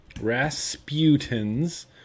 Rasputin's